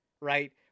right